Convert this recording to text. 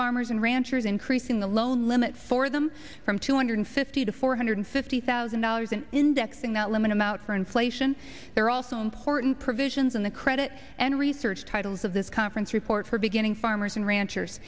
farmers and ranchers increasing the loan limit for them from two hundred fifty to four hundred fifty thousand dollars in indexing that limit amount for inflation there are also important provisions in the credit and research titles of this conference report for beginning farmers and ranchers